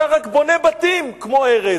אתה רק בונה בתים כמו ארז,